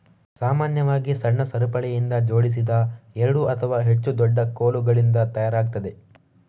ಸಾಮಾನ್ಯವಾಗಿ ಸಣ್ಣ ಸರಪಳಿಯಿಂದ ಜೋಡಿಸಿದ ಎರಡು ಅಥವಾ ಹೆಚ್ಚು ದೊಡ್ಡ ಕೋಲುಗಳಿಂದ ತಯಾರಾಗ್ತದೆ